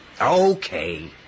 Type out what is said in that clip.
Okay